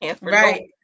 Right